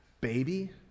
baby